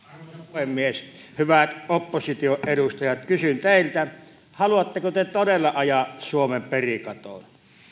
puhemies hyvät opposition edustajat kysyn teiltä haluatteko te todella ajaa suomen perikatoon